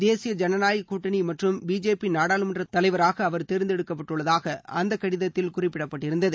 தேசிய ஜனநாயகக் கூட்டணி மற்றும் பிஜேபி நாடாளுமன்ற தலைவராக அவர் தேர்ந்தெடுக்கப்பட்டுள்ளதாக அந்த கடிதத்தில் குறிப்பிடப்பட்டிருந்தது